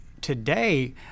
today